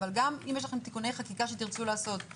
גם אם יש לכם תיקוני חקיקה שתרצו לעשות,